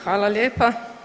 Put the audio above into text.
Hvala lijepa.